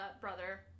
brother